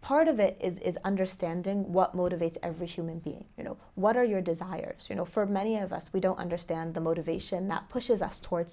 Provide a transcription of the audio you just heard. part of it is understanding what motivates every human being you know what are your desires you know for many of us we don't understand the motivation that pushes us toward